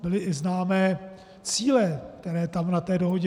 Byly i známé cíle, které tam na té dohodě...